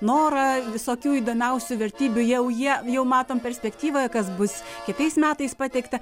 norą visokių įdomiausių vertybių jau jie jau matom perspektyvoje kas bus kitais metais pateikta